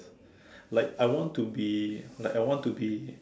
like I want to be like I want to be